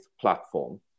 platform